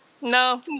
no